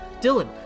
Dylan